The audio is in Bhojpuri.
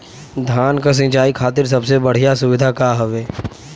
धान क सिंचाई खातिर सबसे बढ़ियां सुविधा का हवे?